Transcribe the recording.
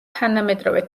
თანამედროვე